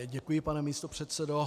Děkuji, pane místopředsedo.